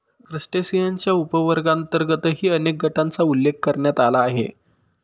क्रस्टेशियन्सच्या उपवर्गांतर्गतही अनेक गटांचा उल्लेख करण्यात आला आहे